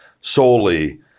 solely